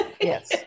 Yes